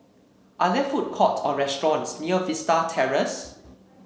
are there food courts or restaurants near Vista Terrace